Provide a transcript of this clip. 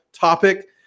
topic